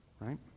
right